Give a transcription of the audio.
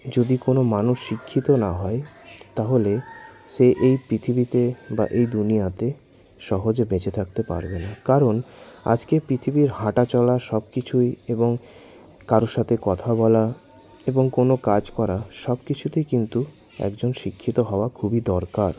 যদি কোনো মানুষ শিক্ষিত না হয় তাহলে সে এই পৃথিবীতে বা এই দুনিয়াতে সহজে বেঁচে থাকতে পারবে না কারণ আজকের পৃথিবীর হাঁটা চলা সব কিছুই এবং কারোর সাথে কথা বলা এবং কোনো কাজ করা সব কিছুতেই কিন্তু একজন শিক্ষিত হওয়া খুবই দরকার